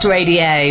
Radio